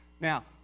Now